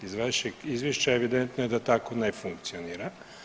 Iz vašeg izvješća evidentno je da tako ne funkcionira.